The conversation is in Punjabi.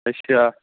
ਅੱਛਾ